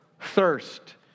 thirst